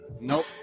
Nope